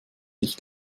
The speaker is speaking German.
ich